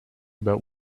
about